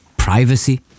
Privacy